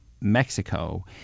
Mexico